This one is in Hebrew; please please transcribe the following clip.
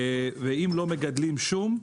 ואם לא מגדלים שום,